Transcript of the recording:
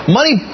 Money